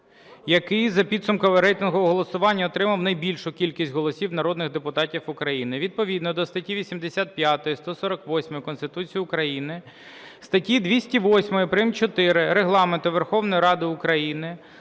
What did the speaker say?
Який за підсумками рейтингового голосування, отримав найбільшу кількість голосів народних депутатів України. Відповідно до статті 85, 148 Конституції України, статті 208 прим.4 Регламенту Верховної Ради України,